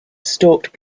stalked